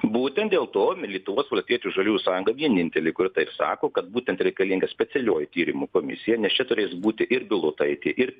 būtent dėl to lietuvos valstiečių žaliųjų sąjunga vienintelė kuri taip sako kad būtent reikalinga specialioji tyrimų komisija nes čia turės būti ir bilotaitė ir